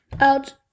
out